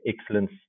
excellence